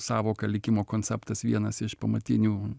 sąvoka likimo konceptas vienas iš pamatinių